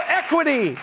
equity